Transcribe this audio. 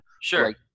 Sure